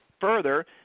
further